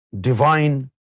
divine